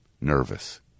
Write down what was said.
nervous